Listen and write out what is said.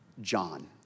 John